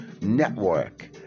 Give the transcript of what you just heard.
network